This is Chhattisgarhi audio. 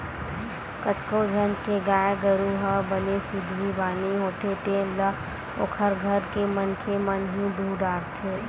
कतको झन के गाय गरु ह बने सिधवी बानी होथे तेन ल ओखर घर के मनखे मन ह ही दूह डरथे